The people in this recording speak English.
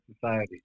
society